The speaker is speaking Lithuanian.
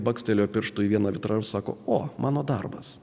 bakstelėjo pirštu į vieną litrą ir sako o mano darbas